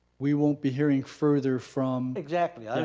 we won't be hearing further from exactly,